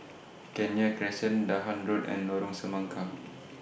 Kenya Crescent Dahan Road and Lorong Semangka